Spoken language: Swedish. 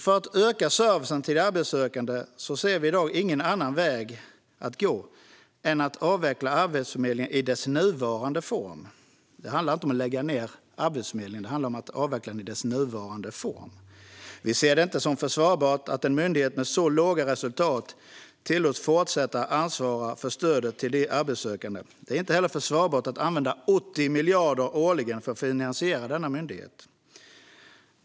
För att öka servicen till de arbetssökande ser vi i dag ingen annan väg att gå än att avveckla Arbetsförmedlingen i dess nuvarande form. Det handlar alltså inte om att lägga ned Arbetsförmedlingen, utan det handlar om att avveckla den i dess nuvarande form. Vi ser det inte som försvarbart att en myndighet med så låga resultat tillåts fortsätta att ansvara för stödet till de arbetssökande. Det är inte heller försvarbart att använda 80 miljarder årligen för att finansiera denna myndighet.